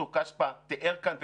טור-כספא תיאר כאן וכתובים,